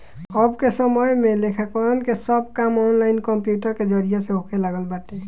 अबके समय में लेखाकरण के सब काम ऑनलाइन कंप्यूटर के जरिया से होखे लागल बाटे